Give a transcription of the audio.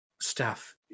staff